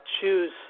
choose